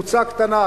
קבוצה קטנה,